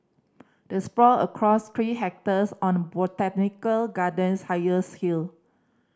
it sprawl across three hectares on the botanical garden's highest hill